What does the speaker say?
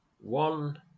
One